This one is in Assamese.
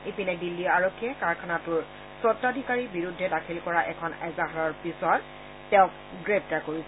ইপিনে দিল্লী আৰক্ষীয়ে কাৰখানাটোৰ স্বতাধিকাৰীৰ বিৰুদ্ধে দাখিল কৰা এখন এজাহাৰৰ পিছত তেওঁক গ্ৰেপ্তাৰ কৰিছে